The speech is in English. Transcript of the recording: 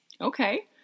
Okay